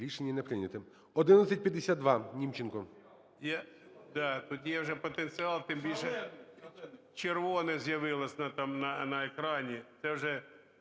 Рішення не прийнято. 1152, Німченко.